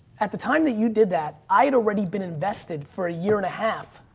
at the time that you did that, i'd already been invested for a year and a half.